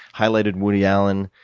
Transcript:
highlighted woody allen.